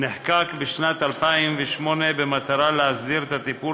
נחקק בשנת 2008 במטרה "להסדיר את הטיפול